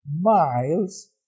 miles